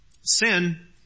Sin